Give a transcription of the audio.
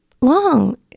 long